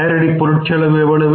நேரடி பொருட் செலவு எவ்வளவு